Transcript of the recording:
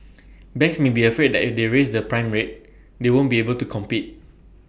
banks may be afraid that if they raise the prime rate they won't be able to compete